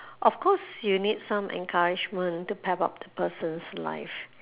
of course you need some encouragement to pep up the person's life